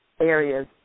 areas